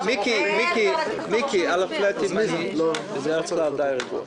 מיקי, על הפלאטים מבלי להיכנס.